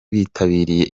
bitabiriye